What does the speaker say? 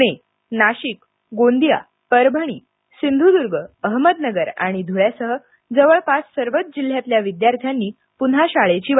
पूणे नाशिक गोंदिया परभणी सिंधुद्र्ग अहमदनगर आणि धुळ्यासह जवळपास सर्वच जिल्ह्यातल्या विद्यार्थ्यांनी पुन्हा शाळेची वाट धरली